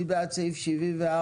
מי בעד סעיף 74?